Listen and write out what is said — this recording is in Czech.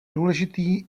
důležitý